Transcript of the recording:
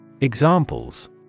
Examples